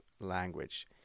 language